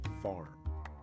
farm